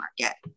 market